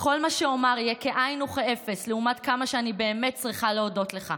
וכל מה שאומר יהיה כאין וכאפס לעומת כמה שאני באמת צריכה להודות לך.